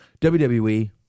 WWE